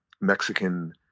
Mexican